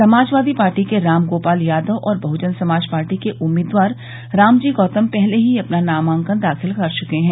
समाजवादी पार्टी के राम गोपाल यादव और बहजन समाज पार्टी के उम्मीदवार रामजी गौतम पहले ही अपना नामांकन दाखिल कर चुके हैं